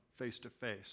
face-to-face